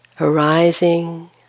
arising